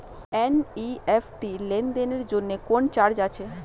NEFT লেনদেনের জন্য কোন চার্জ আছে?